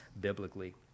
biblically